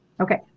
Okay